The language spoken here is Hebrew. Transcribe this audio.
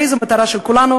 הרי זו המטרה של כולנו,